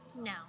No